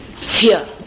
Fear